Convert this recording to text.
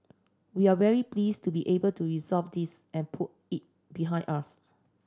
we're very pleased to be able to resolve this and put it behind us